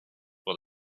when